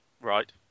Right